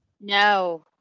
No